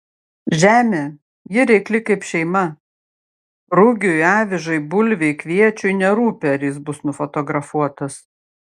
žemė ji reikli kaip šeima rugiui avižai bulvei kviečiui nerūpi ar jis bus nufotografuotas